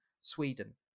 sweden